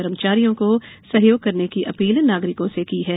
कर्मचारियों को सहयोग करने की अपील नागरिकों से की है